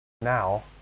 now